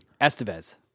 Estevez